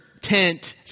tent